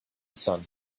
sun